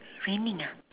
raining ah